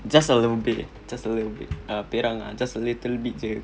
just a little bit just a little bit eh perang ah just a little bit jer